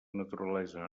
naturalesa